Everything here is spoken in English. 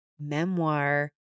memoir